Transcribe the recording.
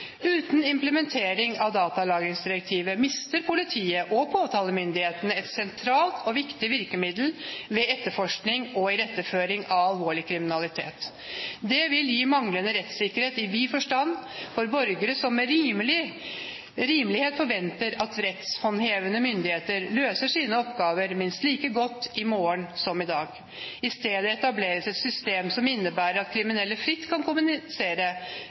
uten datalagringsdirektivet blir mer utsatt for terror, og at PST bruker trafikkdata i alle sine saker. Riksadvokaten har i sin høringsanledning til Samferdselsdepartementet påpekt at «[u]ten implementering av datalagringsdirektivet mister politiet og påtalemyndigheten et sentralt og viktig virkemiddel ved etterforskning og iretteføring av alvorlig kriminalitet. Det vil gi manglende rettssikkerhet i vid forstand for borgere som med rimelighet forventer at rettshåndhevende myndigheter løser sine oppgaver minst like godt i morgen som